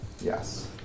Yes